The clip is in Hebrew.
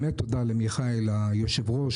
באמת תודה למיכאל היו"ר,